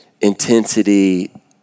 intensity